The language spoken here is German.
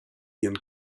ihren